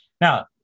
Now